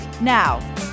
Now